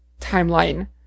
timeline